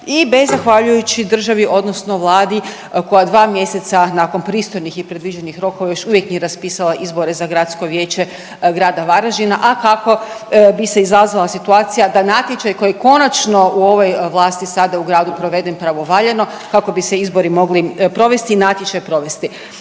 i bez zahvaljujući državi odnosno Vladi koja dva mjeseca nakon pristojnih i predviđenih rokova još uvijek nije raspisala izbore za Gradsko vijeće Grada Varaždina, a kako bi se izazvala situacija da natječaj koji konačno u ovoj vlasti sada u gradu proveden pravovaljano kako bi se izbori mogli provesti i natječaj provesti.